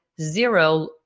zero